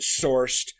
sourced